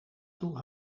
toe